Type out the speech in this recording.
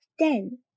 ten